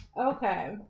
Okay